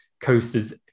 coasters